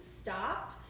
stop